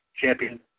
Champion